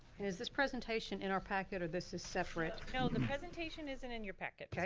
and is this presentation in our packet or this is separate? no the presentation isn't in your packet yeah